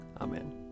Amen